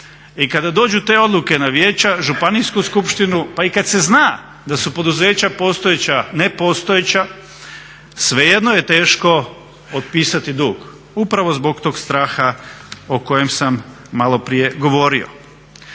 I kada dođu te odluke na vijeća, županijsku skupštinu, pa i kad se zna da su poduzeća postojeća nepostojeća svejedno je teško otpisati dug upravo zbog tog straha o kojem sam malo prije govorio.